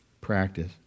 practice